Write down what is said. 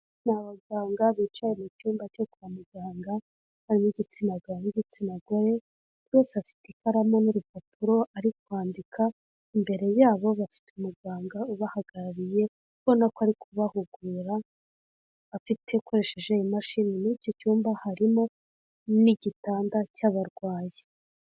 Ni abaganga bicaye mu cyumba cyo kwa muganga ab'igitsina gabo n'igitsina gore, bose bafite ikaramu n'urupapuro bari kwandika. Imbere yabo bafite umuganga ubahagarariye ubona ko ari kubahugura, afite akoresheje imashini. Muri icyo cyumba harimo n'igitanda cy'abarwayi.